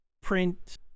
print